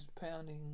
pounding